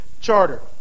Charter